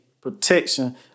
protection